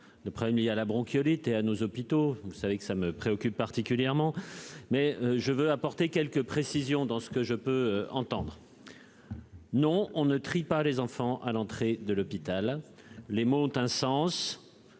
le problème lié à la bronchiolite et à nos hôpitaux, vous savez que ça me préoccupe particulièrement, mais je veux apporter quelques précisions dans ce que je peux entendre non on ne trie pas les enfants à l'entrée de l'hôpital, les mots ont un sens,